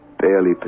barely